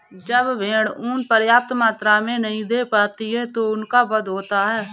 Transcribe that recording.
जब भेड़ ऊँन पर्याप्त मात्रा में नहीं दे पाती तो उनका वध होता है